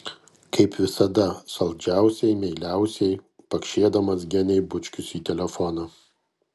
kaip visada saldžiausiai meiliausiai pakšėdamas genei bučkius į telefoną